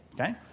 Okay